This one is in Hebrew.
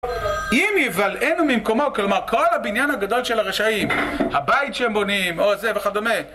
אם יבלענו ממקומו, כלומר כל הבניין הגדול של הרשעים, הבית שהם בונים או זה וכדומה